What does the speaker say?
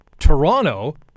Toronto